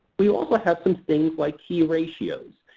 we also have some things like key ratios.